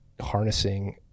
Harnessing